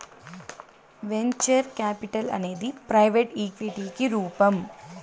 venture capital అనేది private ఈక్విటికి రూపం